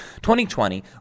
2020